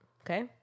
okay